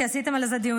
כי עשיתם על זה דיונים,